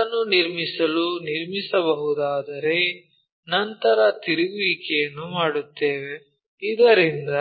ಅದನ್ನು ನಿರ್ಮಿಸಲು ನಿರ್ಮಿಸಬಹುದಾದರೆ ನಂತರ ತಿರುಗುವಿಕೆಯನ್ನು ಮಾಡುತ್ತೇವೆ ಇದರಿಂದ